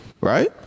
right